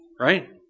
right